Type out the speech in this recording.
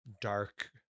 dark